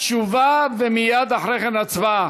תשובה ומייד אחרי כן הצבעה.